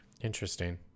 Interesting